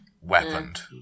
weaponed